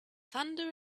thunder